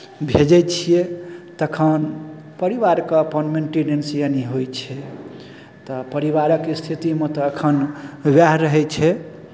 भेजै छियै तखन परिवारके अपन मेंटिनेंस यानि होइ छै तऽ परिवारक स्थितिमे तऽ एखन उएह रहै छै